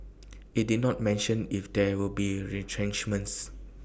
IT did not mention if there will be retrenchments